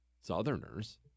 Southerners